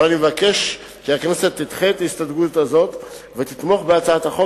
אך אבקש כי הכנסת תדחה הסתייגות זו ותתמוך בהצעת החוק